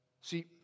see